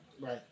right